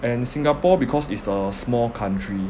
and singapore because it's a small country